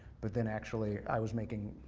but then actually, i was making.